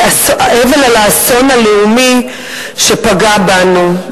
באבל על האסון הלאומי שפגע בנו.